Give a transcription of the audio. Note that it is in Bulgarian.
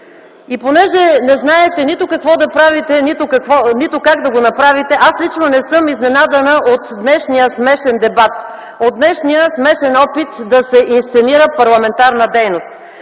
Понеже не знаете нито какво да правите, нито как да го направите, аз лично не съм изненадана от днешния смешен дебат, от днешния смешен опит да се инсценира парламентарна дейност.